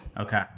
Okay